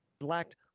lacked